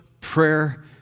prayer